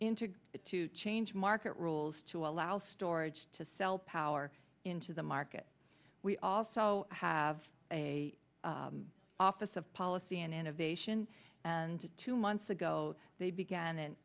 it to change market rules to allow storage to sell power into the market we also have a office of policy and innovation and two months ago they began an